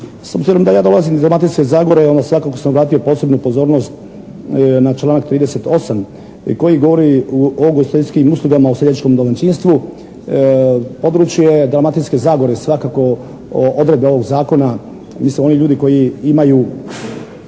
S obzirom da ja dolazim iz Dalmatinske zagore, onda svakako sam obratio posebnu pozornost na članak 38. koji govori o ugostiteljskim uslugama u seljačkom domaćinstvu. Područje Dalmatinske zagore svakako odredbe ovog zakona, mislim oni ljudi koji imaju